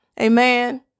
Amen